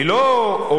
היא לא אומרת,